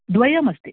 द्वयमस्ति